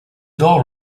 door